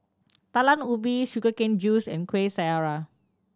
Talam Ubi sugar cane juice and Kuih Syara